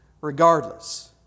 regardless